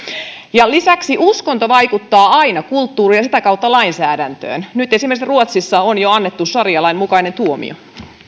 lisäksi uskonto vaikuttaa aina kulttuuriin ja sitä kautta lainsäädäntöön nyt esimerkiksi ruotsissa on jo annettu saria lain mukainen tuomio